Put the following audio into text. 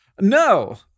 No